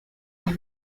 vous